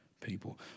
people